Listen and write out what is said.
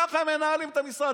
ככה הם מנהלים את המשרד.